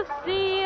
see